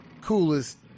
Coolest